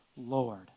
Lord